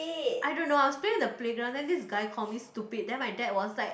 I don't know I was playing in the playground then this guy call me stupid then my dad was like